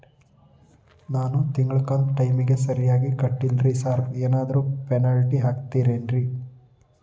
ನಾನು ತಿಂಗ್ಳ ಕಂತ್ ಟೈಮಿಗ್ ಸರಿಗೆ ಕಟ್ಟಿಲ್ರಿ ಸಾರ್ ಏನಾದ್ರು ಪೆನಾಲ್ಟಿ ಹಾಕ್ತಿರೆನ್ರಿ?